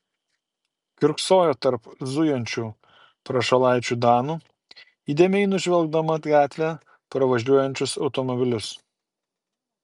kiurksojo tarp zujančių prašalaičių danų įdėmiai nužvelgdama gatve pravažiuojančius automobilius